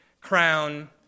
crown